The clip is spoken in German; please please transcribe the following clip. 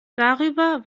darüber